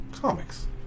Comics